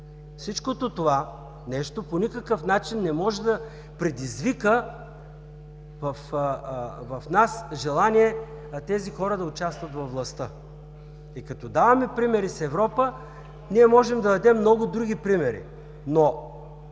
Всичко това нещо по никакъв начин не може да предизвика в нас желание тези хора да участват във властта. Като даваме примери с Европа, ние можем да дадем много други примери.